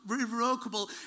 irrevocable